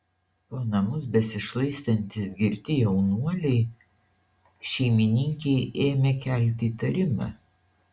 po namus besišlaistantys girti jaunuoliai šeimininkei ėmė kelti įtarimą